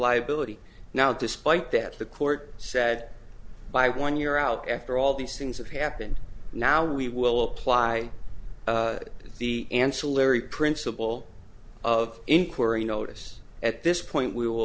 liability now despite that the court said by one year out after all these things have happened now we will apply the ancillary principle of inquiry notice at this point we will